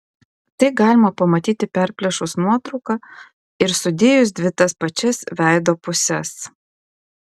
tai galima pamatyti perplėšus nuotrauką ir sudėjus dvi tas pačias veido puses